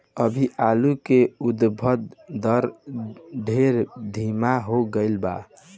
अभी आलू के उद्भव दर ढेर धीमा हो गईल बा